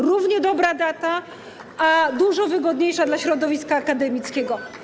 Równie dobra data, a dużo wygodniejsza dla środowiska akademickiego.